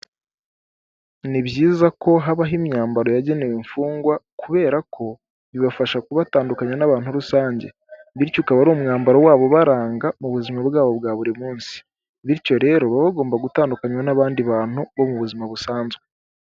Ni byiza ko habaho imyambaro yagenewe imfungwa kubera ko bibafasha kubatandukanya n'abantu rusange, bityo ukaba ari umwambaro wabo ubaranga mu buzima bwabo bwa buri munsi, bityo rero baba bagomba gutandukanywa n'abandi bantu bo mu buzima busanzwe.